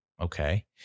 Okay